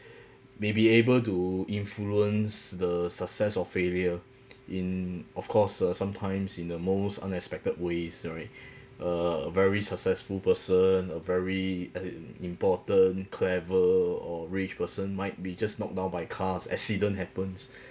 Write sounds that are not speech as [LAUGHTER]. may be able to influence the success or failure in of course uh sometimes in the most unexpected ways alright [BREATH] a very successful person a very uh important clever or rich person might be just knocked down by cars accident happens [BREATH]